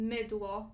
Mydło